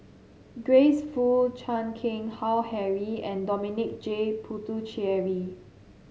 Grace Fu Chan Keng Howe Harry and Dominic J Puthucheary